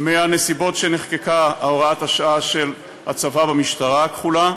מהנסיבות שבהן נחקקה הוראת השעה של הצבה במשטרה הכחולה,